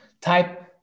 type